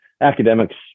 academics